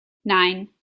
nine